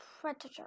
Predator